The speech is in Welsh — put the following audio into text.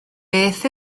beth